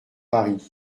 paris